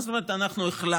מה זאת אומרת אנחנו החלטנו?